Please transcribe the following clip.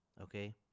okay